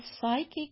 psychic